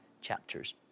chapters